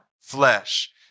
flesh